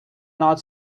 not